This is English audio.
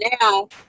now